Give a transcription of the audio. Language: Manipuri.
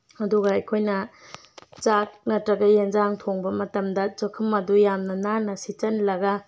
ꯑꯗꯨꯒ ꯑꯩꯈꯣꯏꯅ ꯆꯥꯛ ꯅꯠꯇ꯭ꯔꯒ ꯑꯦꯟꯁꯥꯡ ꯊꯣꯡꯕ ꯃꯇꯝꯗ ꯆꯥꯛꯈꯨꯝ ꯑꯗꯨ ꯌꯥꯝꯅ ꯅꯥꯟꯅ ꯁꯤꯠꯆꯤꯜꯂꯒ